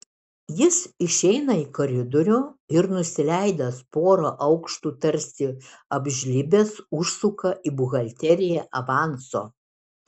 jis išeina į koridorių ir nusileidęs porą aukštų tarsi apžlibęs užsuka į buhalteriją avanso